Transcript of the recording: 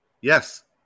Yes